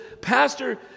Pastor